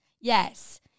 Yes